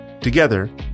Together